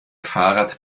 fahrrad